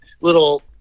little